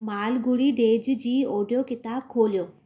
Malgudi days जी audio किताबु खोलियो